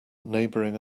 neighboring